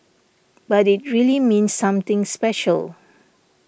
but it really means something special